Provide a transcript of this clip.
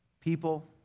people